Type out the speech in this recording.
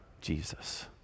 Jesus